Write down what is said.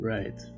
Right